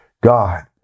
God